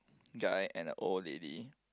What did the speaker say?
guy and a old lady